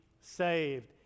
saved